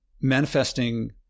manifesting